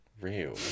real